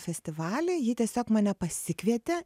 festivalį ji tiesiog mane pasikvietė